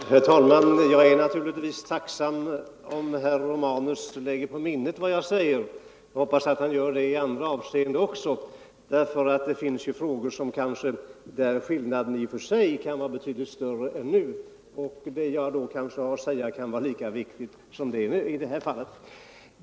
Nr 120 Herr talman! Jag är naturligtvis tacksam om herr Romanus lägger på Onsdagen den minnet vad jag säger och jag hoppas att han gör det i andra avseenden 13 november 1974 också. Det finns ju frågor där skillnaden i uppfattning kan vara betydligt = större än nu och det jag kan ha att säga kan vara lika viktigt som i Omsorger om vissa det här fallet.